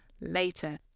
Later